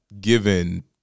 given